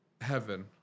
heaven